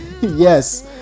yes